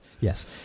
yes